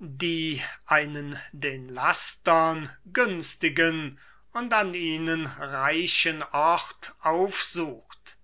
die einen den lastern günstigen und an ihnen reichen ort aufsucht